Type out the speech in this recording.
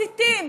מסיתים.